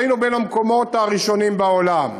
אז היינו בין המקומות הראשונים בעולם.